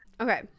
okay